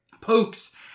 pokes